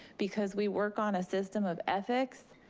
because we work on a system of ethics.